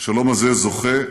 השלום הזה זוכה,